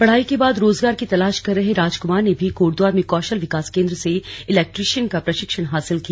पढ़ाई के बाद रोजगार की तलाश कर रहे रामकुमार ने भी कोटद्वार में कौशल विकास केंद्र से इलेक्ट्रीशियन का प्रशिक्षण हासिल किया